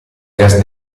gas